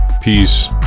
peace